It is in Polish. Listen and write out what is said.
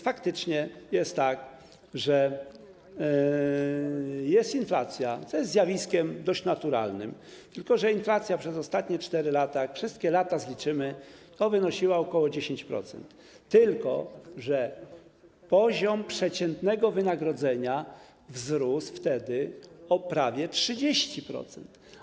Faktycznie jest tak, że jest inflacja, co jest zjawiskiem dość naturalnym, tylko że inflacja przez ostatnie 4 lata, jak wszystkie lata zliczymy, wynosiła ok. 10%, tylko że poziom przeciętnego wynagrodzenia wzrósł wtedy o prawie 30%.